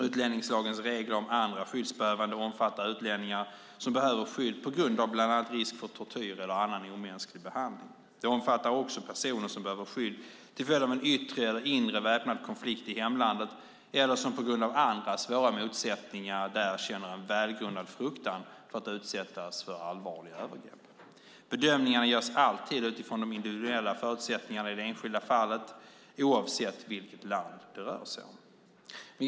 Utlänningslagens regler om andra skyddsbehövande omfattar utlänningar som behöver skydd på grund av bland annat risk för tortyr eller annan omänsklig behandling. De omfattar också personer som behöver skydd till följd av en yttre eller inre väpnad konflikt i hemlandet eller som på grund av andra svåra motsättningar där känner en välgrundad fruktan för att utsättas för allvarliga övergrepp. Bedömningarna görs alltid utifrån de individuella förutsättningarna i det enskilda fallet oavsett vilket land det rör sig om.